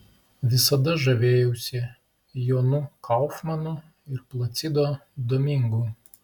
visada žavėjausi jonu kaufmanu ir placido domingu